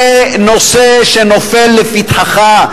זה נושא שנופל לפתחך,